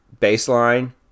baseline